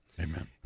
Amen